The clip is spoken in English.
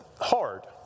hard